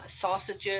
sausages